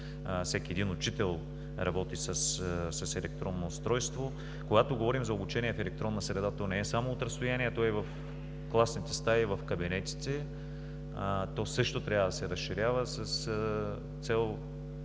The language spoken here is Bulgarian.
всеки един учител работи с електронно устройство. Когато говорим за обучение в електронна среда, то не е само от разстояние, то е в класните стаи и в кабинетите. То също трябва да се разширява с цел